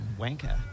Wanker